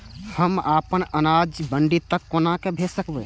हम अपन अनाज मंडी तक कोना भेज सकबै?